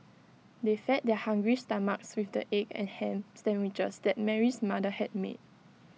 they fed their hungry stomachs with the egg and Ham Sandwiches that Mary's mother had made